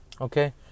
Okay